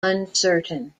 uncertain